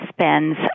spends